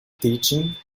teaching